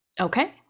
Okay